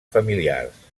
familiars